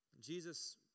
Jesus